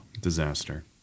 disaster